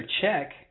check